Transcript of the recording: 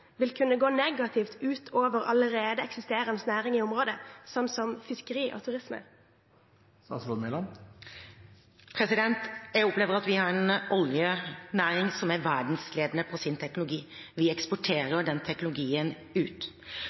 vil kunne gå ut over allerede eksisterende næringer i området, som fiskeri og turisme? Jeg opplever at vi har en oljenæring som er verdensledende på sin teknologi. Vi eksporterer den teknologien.